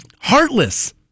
heartless